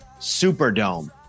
Superdome